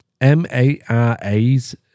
MARA's